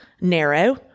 narrow